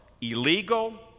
illegal